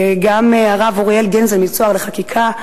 גם לרב אוריאל גנזל מ"צהר לחקיקה",